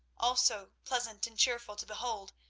also pleasant and cheerful to behold,